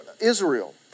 Israel